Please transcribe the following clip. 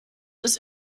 ist